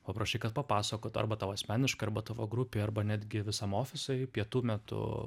paprašai kad papasakotų arba tau asmeniškai arba tavo grupei arba netgi visam ofisui pietų metu